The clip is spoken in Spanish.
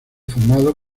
formado